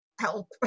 help